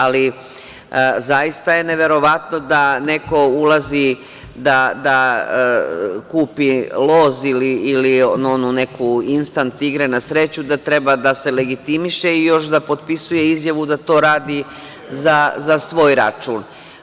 Ali, zaista je neverovatno da neko ulazi da kupi loz ili neku instant igru na sreću, da treba da se legitimiše i još da potpisuje izjavu da to radi za svoj račun.